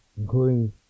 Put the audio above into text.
Including